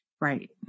Right